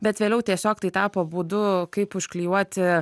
bet vėliau tiesiog tai tapo būdu kaip užklijuoti